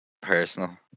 personal